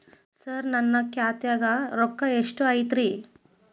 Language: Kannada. ಸರ ನನ್ನ ಖಾತ್ಯಾಗ ರೊಕ್ಕ ಎಷ್ಟು ಐತಿರಿ?